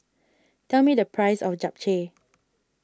tell me the price of Japchae